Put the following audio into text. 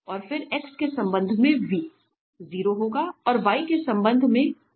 और फिर x के संबंध में v 0 होगा और y के संबंध में 1 होने जा रहा है